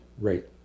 rate